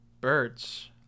birds